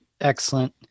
Excellent